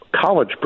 college